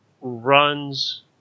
runs